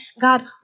God